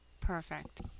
Perfect